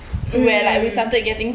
mm